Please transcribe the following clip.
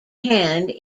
hand